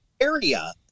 area